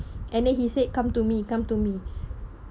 and then he said come to me come to me